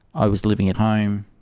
i was living at home